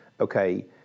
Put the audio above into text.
Okay